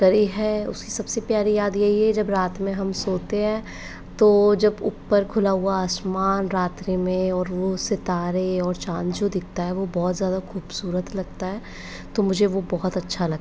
करी है उसकी सबसे प्यारी याद यही है जब रात में हम सोते हैं तो जब ऊपर खुला हुआ आसमान रात्रि में और वो सितारे और चाँद जो दिखता है वो बहुत ज़्यादा खूबसूरत लगता है तो मुझे वो बहुत अच्छा लगता है